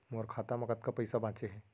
मोर खाता मा कतका पइसा बांचे हे?